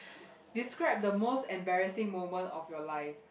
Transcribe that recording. describe the most embarrassing moment of your life